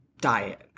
diet